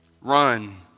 Run